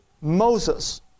Moses